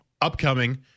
upcoming